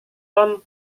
tom